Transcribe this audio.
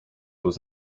was